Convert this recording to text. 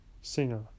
singer